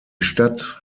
stadt